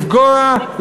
לפגוע?